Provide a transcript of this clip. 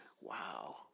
Wow